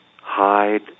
hide